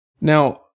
Now